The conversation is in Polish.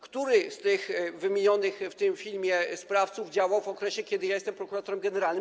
Który z tych wymienionych w tym filmie sprawców działał w okresie, kiedy ja jestem prokuratorem generalnym?